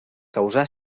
causà